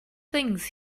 things